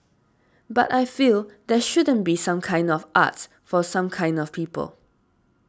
but I feel there shouldn't be some kinds of arts for some kinds of people